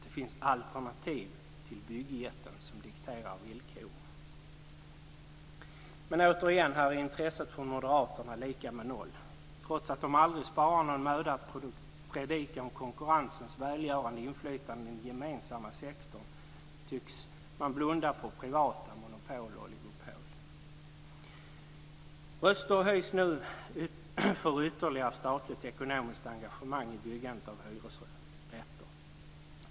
Det finns alternativ till byggjätten som dikterar villkoren. Men återigen, här är intresset från moderaterna lika med noll. Trots att de aldrig sparar någon möda att predika om konkurrensens välgörande inflytande i den gemensamma sektorn tycks de blunda för privata monopol och oligopol. Röster höjs nu för ytterligare statligt ekonomiskt engagemang i byggandet av hyresrätter.